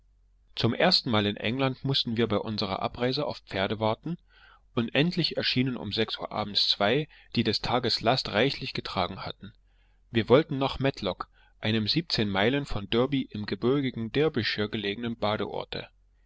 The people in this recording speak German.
zum erstenmal in england mußten wir bei unserer abreise auf pferde warten und endlich erschienen um sechs uhr abends zwei die des tages last reichlich getragen hatten wir wollten nach matlock einem siebzehn meilen von derby im gebirgigen derbyshire gelegenen badeorte